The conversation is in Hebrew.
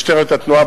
משטרת התנועה,